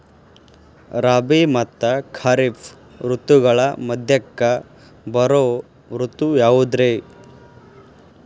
ರಾಬಿ ಮತ್ತ ಖಾರಿಫ್ ಋತುಗಳ ಮಧ್ಯಕ್ಕ ಬರೋ ಋತು ಯಾವುದ್ರೇ?